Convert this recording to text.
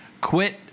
quit